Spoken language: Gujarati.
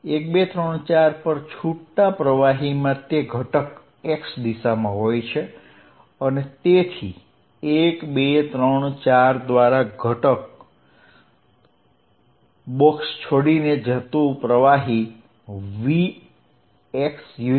1 2 3 4 પર છૂટતા પ્રવાહીમાં તે ઘટક x દિશામાં હોય છે અને તેથી 1 2 3 4 દ્વારા બોક્સ છોડીને જતું પ્રવાહી v x